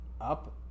up